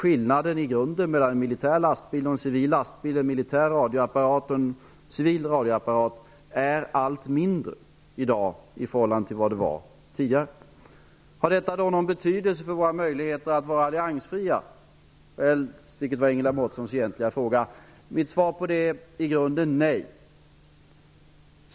Skillnaden i grunden mellan en militär lastbil och en civil lastbil, en militär radioapparat och en civil radioapparat är allt mindre i dag i förhållande till vad den var tidigare. Har detta då någon betydelse för våra möjligheter att vara alliansfria, vilket var Ingela Mårtenssons egentliga fråga? Mitt svar på den frågan är i grunden nej.